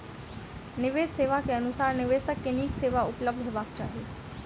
निवेश सेवा के अनुसार निवेशक के नीक सेवा उपलब्ध हेबाक चाही